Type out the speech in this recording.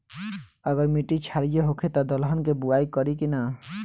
अगर मिट्टी क्षारीय होखे त दलहन के बुआई करी की न?